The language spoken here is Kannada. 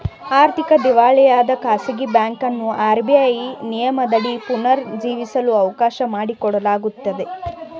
ಆರ್ಥಿಕ ದಿವಾಳಿಯಾದ ಖಾಸಗಿ ಬ್ಯಾಂಕುಗಳನ್ನು ಆರ್.ಬಿ.ಐ ನಿಯಮದಡಿ ಪುನರ್ ಜೀವಿಸಲು ಅವಕಾಶ ಮಾಡಿಕೊಡಲಾಗುತ್ತದೆ